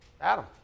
Adam